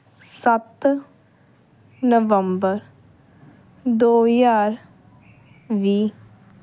ਸੱਤ ਨਵੰਬਰ ਦੋ ਹਜ਼ਾਰ ਵੀਹ